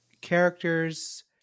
characters